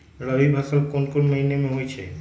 रबी फसल कोंन कोंन महिना में होइ छइ?